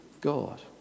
God